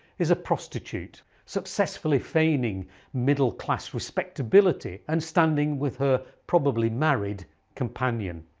is a prostitute successfully feigning middle class respectability and standing with her probably married companion.